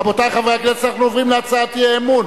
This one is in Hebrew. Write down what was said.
רבותי חברי הכנסת, אנחנו עוברים להצעת האי-אמון